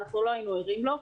לא היינו ערים לו.